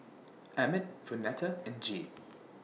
Emett Vonetta and Gee